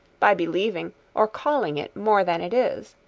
by believing or calling it more than it is.